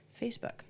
Facebook